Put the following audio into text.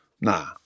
nah